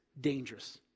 dangerous